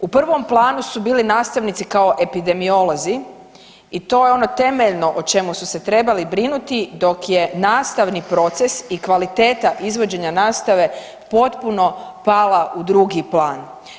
U prvom planu su bili nastavnici kao epidemiolozi i to je ono temeljno o čemu su se trebali brinuti dok je nastavni proces i kvaliteta izvođenja nastave potpuno pala u drugi plan.